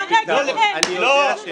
זה הילדים שלנו שנוסעים.